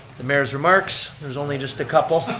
the mayor's remarks. there's only just a couple.